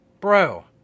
bro